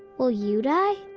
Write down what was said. will you die?